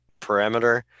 parameter